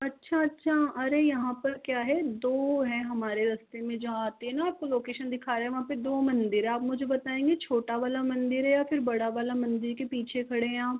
अच्छा अच्छा अरे यहाँ पर क्या है दो हैं हमारे रास्ते में जहाँ आते हैं न लोकेशन दिखा रहा वहाँ दो मंदिर है आप मुझे बताएँगे छोटा वाला मंदिर है या फिर बड़ा वाला मंदिर के पीछे खड़े हैं आप